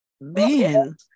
man